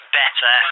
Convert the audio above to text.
better